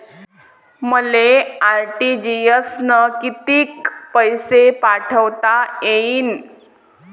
मले आर.टी.जी.एस न कितीक पैसे पाठवता येईन?